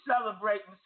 celebrating